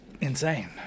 insane